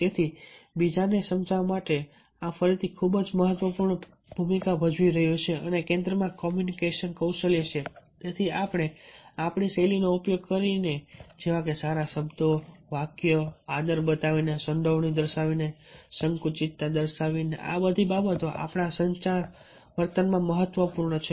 તેથી બીજાને સમજાવવા માટે આ ફરીથી ખૂબ જ મહત્વપૂર્ણ ભૂમિકા ભજવી રહ્યું છે અને કેન્દ્રમાં કોમ્યુનિકેશન કૌશલ્ય છે તેથી આપણે આપણી શૈલીનો ઉપયોગ કરીને જેવા કે સારા શબ્દો અને વાક્યોનો ઉપયોગ કરીને આદર બતાવીને સંડોવણી દર્શાવીને આપણી સંકુચિતતા દર્શાવીને આ બધી બાબતો આપણા સંચાર વર્તનમાં મહત્વપૂર્ણ છે